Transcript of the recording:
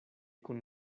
kun